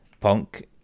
Punk